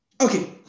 Okay